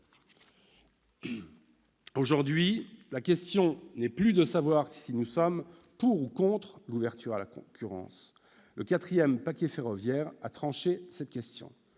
Aujourd'hui, la question n'est plus de savoir si nous sommes pour ou contre l'ouverture à la concurrence. Le quatrième paquet ferroviaire l'a tranchée.